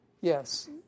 yes